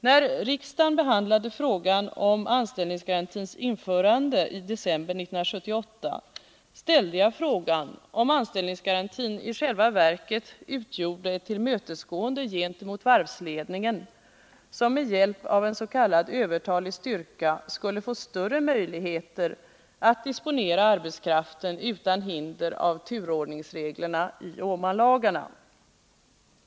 När riksdagen behandlade frågan om anställningsgarantins införande i december 1978 ställde jag frågan, om anställningsgarantin i själva verket utgjorde ett tillmötesgående gentemot varvsledningen, som med hjälp av en s.k. övertalig styrka skulle få större möjligheter att disponera arbetskraften utan hinder av turordningsreglerna i Åmanlagarna.